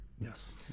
Yes